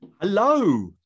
Hello